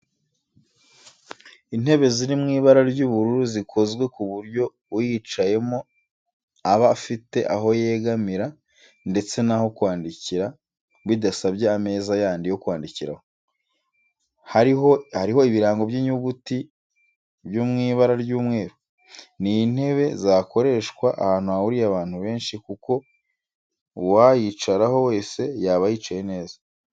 Intebe ziri mu ibara ry'ubururu zikozwe ku buryo uyicayeho aba afite aho yegamira ndetse n'aho kwandikira bidasabye ameza yandi yo kwandikiraho, hariho ibirango by'inyuguti byo mw'ibara ry'umweru. Ni intebe zakoreshwa ahantu hahuriye abantu benshi kuko uwayicaraho wese yaba yicaye neza